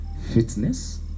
fitness